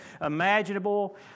imaginable